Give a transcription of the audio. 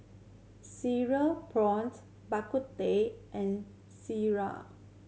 cereal prawned Bak Kut Teh and sireh